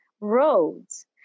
roads